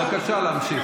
בבקשה להמשיך.